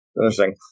Interesting